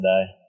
today